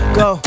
go